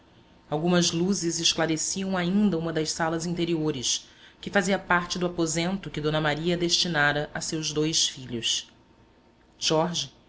algumas luzes esclareciam ainda uma das salas interiores que fazia parte do aposento que d maria destinara a seus dois filhos jorge